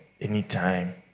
anytime